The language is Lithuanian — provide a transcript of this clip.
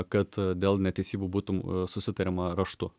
kad dėl netesybų būtų susitariama raštu